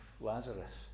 Lazarus